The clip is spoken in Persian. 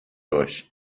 باش